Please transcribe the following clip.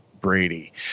Brady